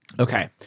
Okay